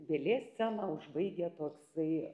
vėlės sceną užbaigia toksai